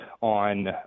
on